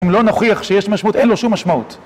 אם לא נוכיח שיש משמעות אין לו שום משמעות